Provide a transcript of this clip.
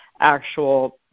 actual